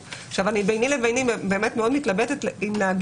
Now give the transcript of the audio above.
ביני לביני אני באמת מאוד מתלבטת אם לומר